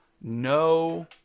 no